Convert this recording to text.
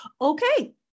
okay